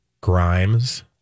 Grimes